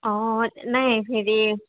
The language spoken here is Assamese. অ নাই হেৰি